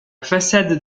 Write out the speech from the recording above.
façade